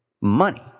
money